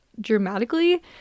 dramatically